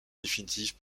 définitive